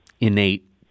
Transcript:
innate